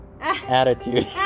attitude